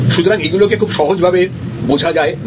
সুতরাং এগুলোকে খুব সহজ ভাবে বুঝা যায় না